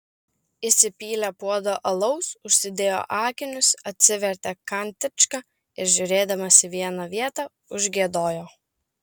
įsipylė puodą alaus užsidėjo akinius atsivertė kantičką ir žiūrėdamas į vieną vietą užgiedojo